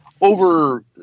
over